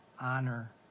honor